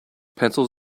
pencils